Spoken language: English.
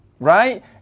right